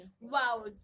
Wow